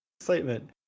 Excitement